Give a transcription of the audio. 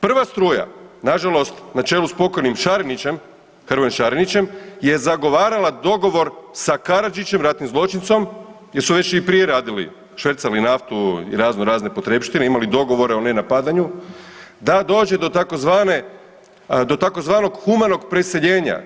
Prva struja na žalost na čelu s pokojnim Šarinićem, Hrvojem Šarinićem je zagovarala dogovor sa Karadžićem ratnim zločincem jer su već i prije radili švercali naftu i raznorazne potrepštine, imali dogovore o nenapadanju da dođe do tzv. humanog preseljenja.